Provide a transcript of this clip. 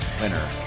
winner